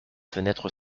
fenêtre